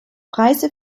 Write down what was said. preise